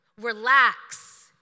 Relax